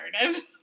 narrative